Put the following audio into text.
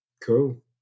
Cool